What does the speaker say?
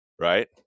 right